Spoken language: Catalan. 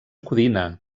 codina